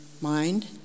mind